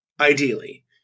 ideally